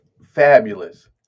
fabulous